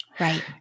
Right